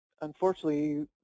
unfortunately